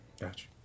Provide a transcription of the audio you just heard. Gotcha